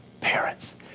parents